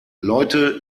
leute